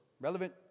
relevant